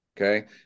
Okay